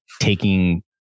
taking